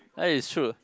ya it's true